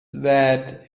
that